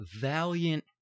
valiant